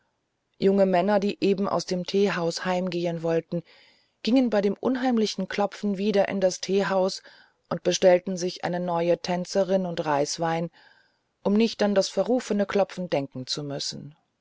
junge männer die eben aus dem teehaus heimgehen wollten gingen bei dem unheimlichen klopfen wieder in das teehaus und bestellten sich eine neue tänzerin und reiswein um nicht an das verrufene klopfen denken zu müssen